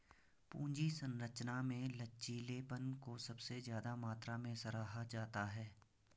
पूंजी संरचना में लचीलेपन को सबसे ज्यादा मात्रा में सराहा जाता है